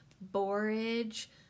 borage